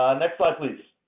ah next slide, please.